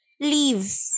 Leave